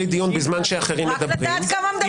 דיון בזמן שאחרים מדברים -- רק לדעת כמה מדברים.